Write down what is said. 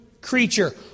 creature